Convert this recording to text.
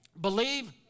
Believe